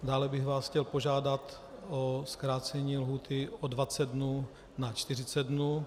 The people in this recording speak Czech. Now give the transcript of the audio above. Dále bych vás chtěl požádat o zkrácení lhůty o 20 dnů na 40 dnů.